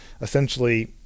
essentially